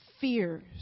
fears